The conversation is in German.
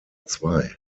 zwei